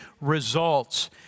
results